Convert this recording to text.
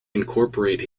incorporate